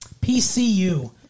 PCU